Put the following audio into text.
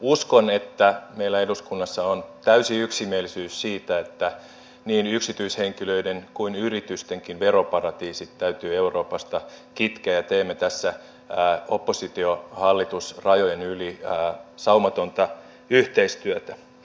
uskon että meillä eduskunnassa on täysi yksimielisyys siitä että niin yksityishenkilöiden kuin yritystenkin veroparatiisit täytyy euroopasta kitkeä ja teemme tässä oppositiohallitus rajan yli saumatonta yhteistyötä